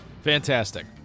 Fantastic